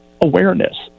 awareness